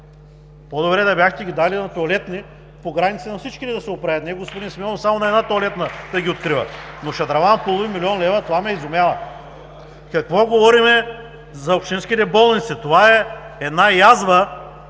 По-добре да бяхте ги дали за тоалетни по границите, та всичките да се оправят, а не господин Симеонов само една тоалетна да открива. Но шадраван от половин милион лева, това ме изумява. Какво говорим за общинските болници? Това е една язва